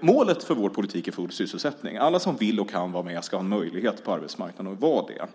Målet för vår politik är full sysselsättning. Alla som vill och kan vara med ska ha möjlighet att vara med på arbetsmarknaden.